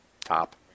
top